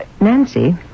Nancy